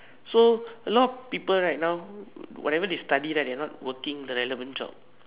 so a lot of people right now whatever they study right they are not working the relevant job